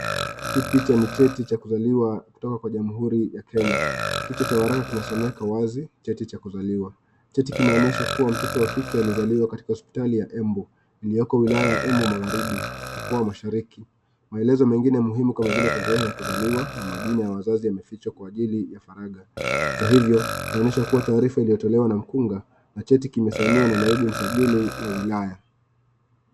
Hii picha ni cheti cha kuzaliwa kutoka kwa Jamhuri ya Kenya. Kichwa cha waraka kinasomeka wazi, cheti cha kuzaliwa. Cheti kinaonyesha kuwa mtoto wa kike alizaliwa katika hospitali ya Embu, iliyoko wilaya ya Embu Magharibi, mkoa wa Mashariki. Maelezo mengine muhimu kama vile tarehe ya kuzaliwa na majina ya wazazi yamefichwa kwa ajili ya faraga. Hata hivyo, inaonyesha kuwa taarifa iliyotolewa na mkunga na cheti kimesainiwa na naibu msajili wa wilaya.